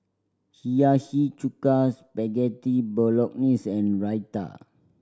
Hiyashi Chuka Spaghetti Bolognese and Raita